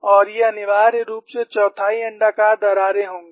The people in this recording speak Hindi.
और ये अनिवार्य रूप से चौथाई अण्डाकार दरारें होंगी